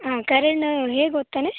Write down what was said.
ಕರಣ್ ಹೇಗೆ ಓದ್ತಾನೆ